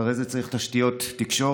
אחרי זה צריך תשתיות תקשורת,